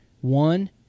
one